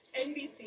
NBC